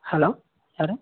hello யார்